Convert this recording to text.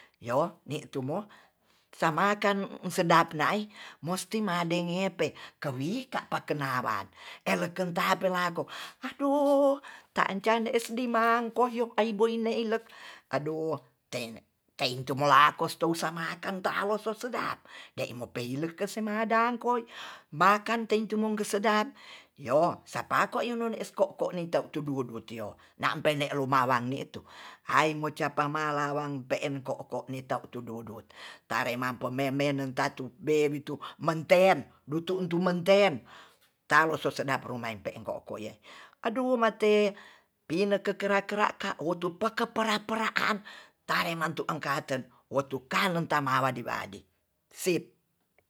To ni tumu samakan sedap nai musti madengepe kewika pa kenaran eleken tapelako adoh ta can ne es limang kong yo ai bori le ilek adohnen teintu mulako stou samakan tawo sosedap de'i mo peilek kesemadang ko makang tentu mo keng sedap yo sapako tunun eskoko netau tu duo-duo tio na pele lomawani tu aimo ca pamalawang pe'en ko'ko ne tau tu dodot tare mape meme nentatu dewi tu menten butu tu menten taloso sedap rumaeng ko'ko ye aduh mate pinekeke kera-keraka wotu pera peraan tare mantu engkaten wotu kalem tamawadi-wadi sit